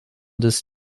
des